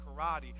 karate